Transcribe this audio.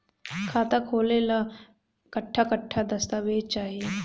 खाता खोले ला कट्ठा कट्ठा दस्तावेज चाहीं?